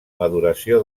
maduració